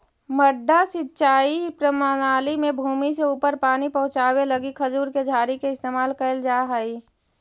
मड्डा सिंचाई प्रणाली में भूमि से ऊपर पानी पहुँचावे लगी खजूर के झाड़ी के इस्तेमाल कैल जा हइ